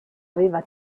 aveva